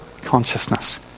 consciousness